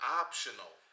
optional